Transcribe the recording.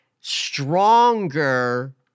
stronger